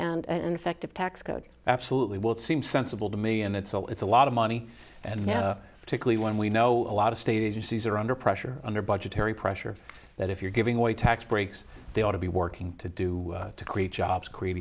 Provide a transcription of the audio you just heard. effective tax code absolutely would seem sensible to me and it's all it's a lot of money and particularly when we know a lot of state agencies are under pressure under budgetary pressure that if you're giving away tax breaks they ought to be working to do to create jobs create